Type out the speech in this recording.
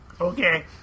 Okay